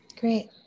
Great